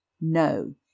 No